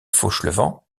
fauchelevent